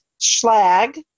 schlag